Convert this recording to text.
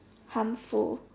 harmful